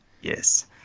Yes